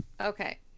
okay